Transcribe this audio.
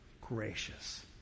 gracious